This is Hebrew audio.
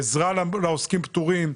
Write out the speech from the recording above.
"עזרה לעוסקים פטורים".